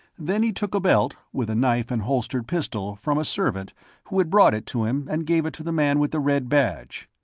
then he took a belt, with a knife and holstered pistol, from a servant who had brought it to him, and gave it to the man with the red badge.